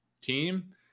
team